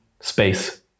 space